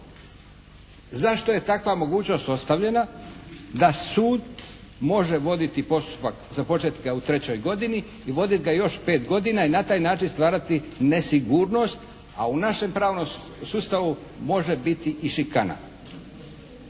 Zašto je takva mogućnost ostavljena da sud može voditi postupak, započeti ga u trećoj godini i voditi ga još pet godina i na taj način stvarati nesigurnost, a u našem pravnom sustavu može biti i šikana.